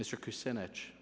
mr percentage